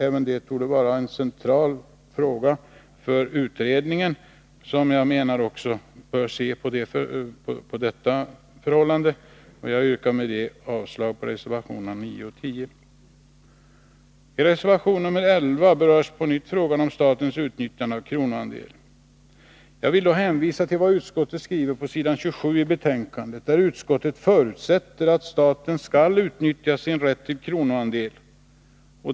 Även detta torde vara en central fråga för utredningen, som jag menar också bör se på detta förhållande. Jag yrkar därmed avslag på reservationerna 9 och 10. I reservation 11 berörs på nytt frågan om statens utnyttjande av kronoandel. Jag vill hänvisa till utskottets skrivning på s. 27 i betänkandet, där utskottet förutsätter att staten skall utnyttja sin rätt till kronoandel.